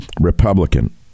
Republican